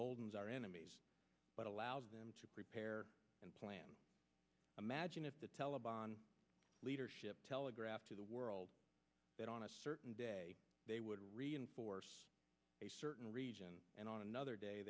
is our enemies but allows them to prepare and plan imagine that the taliban leadership telegraphed to the world that on a certain day they would reinforce a certain region and on another day